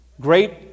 great